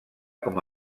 com